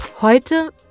Heute